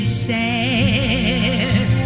sad